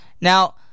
Now